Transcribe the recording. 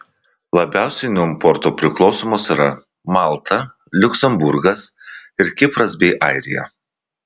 labiausiai nuo importo priklausomos yra malta liuksemburgas ir kipras bei airija